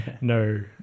No